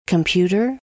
Computer